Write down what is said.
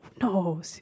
No